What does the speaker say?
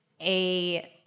a-